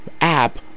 app